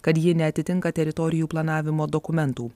kad ji neatitinka teritorijų planavimo dokumentų